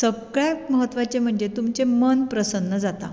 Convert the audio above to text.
सगळ्यांत म्हत्वाचें म्हणजें तुमचें मन प्रसन्न जाता